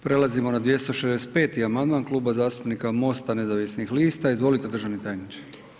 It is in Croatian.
Prelazimo na 265. amandman, Kluba zastupnika Mosta nezavisnih lista, izvolite državni tajniče.